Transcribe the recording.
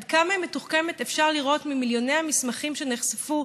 עד כמה היא מתוחכמת אפשר לראות ממיליוני המסמכים שנחשפו